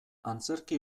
antzerki